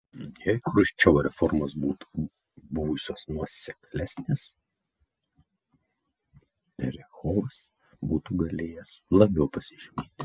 jei chruščiovo reformos būtų buvusios nuoseklesnės terechovas būtų galėjęs labiau pasižymėti